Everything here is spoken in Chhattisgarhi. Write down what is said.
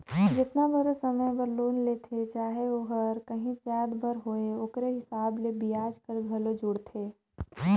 जेतना बगरा समे बर लोन लेथें चाहे ओहर काहींच जाएत बर होए ओकरे हिसाब ले बियाज हर घलो जुड़थे